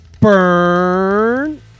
Burn